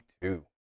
two